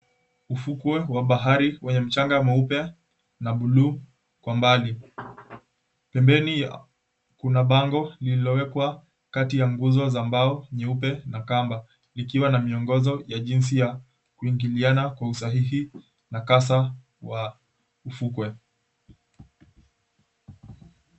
Ufukwe wa bahari wenye mchanga mweupe na blu kwa mbali, pembeni kuna bango lililowekwa kati ya nguzo za mbao jeupe na kamba ikiwa na miongozo ya jinsi ya kuingiliana kwa usahihi nakasa ya ufukwe.